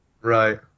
Right